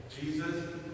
Jesus